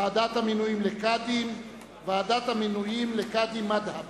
לוועדת המינויים לקאדים ולוועדת המינויים לקאדים מד'הב.